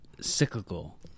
cyclical